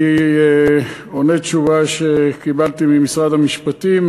אני עונה תשובה שקיבלתי ממשרד המשפטים